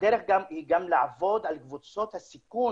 הדרך היא גם לעבוד על קבוצות הסיכון